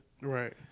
Right